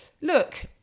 Look